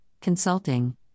Consulting